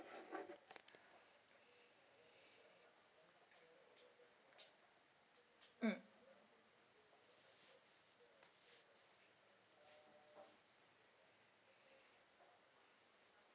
mm